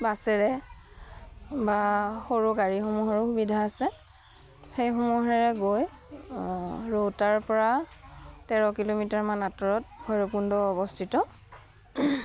বাছেৰে বা সৰু গাড়ীসমূহৰো সুবিধা আছে সেইসমূহেৰে গৈ ৰৌতাৰপৰা তেৰ কিলোমিটাৰমান আঁতৰত ভৈৰৱকুণ্ড অৱস্থিত